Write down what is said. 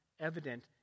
evident